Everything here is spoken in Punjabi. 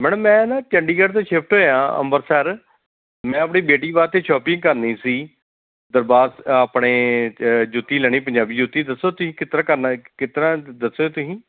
ਮੈਡਮ ਮੈਂ ਨਾ ਚੰਡੀਗੜ੍ਹ ਤੋਂ ਸ਼ਿਫਟ ਹੋਇਆ ਅੰਮ੍ਰਿਤਸਰ ਮੈਂ ਆਪਣੀ ਬੇਟੀ ਵਾਸਤੇ ਸ਼ੋਪਿੰਗ ਕਰਨੀ ਸੀ ਦਰਬਾਰ ਆਪਣੇ ਜੁੱਤੀ ਲੈਣੀ ਪੰਜਾਬੀ ਜੁੱਤੀ ਦੱਸੋ ਤੁਸੀਂ ਕਿਸ ਤਰ੍ਹਾਂ ਕਰਨਾ ਕਿਸ ਤਰ੍ਹਾਂ ਦੱਸਿਓ ਤੁਸੀਂ